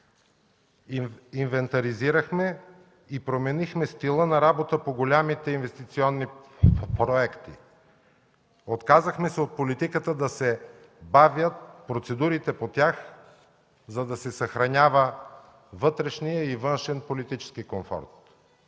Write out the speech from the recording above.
Инвентаризирахме и променихме стила на работа по големите инвестиционни проекти. Отказахме се от политиката да се бавят процедурите по тях, за да се съхранява вътрешният и външен политически комфорт.